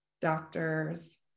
doctors